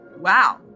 Wow